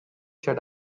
shut